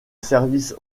services